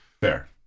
Fair